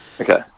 Okay